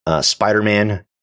Spider-Man